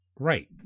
Right